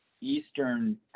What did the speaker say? Eastern